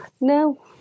No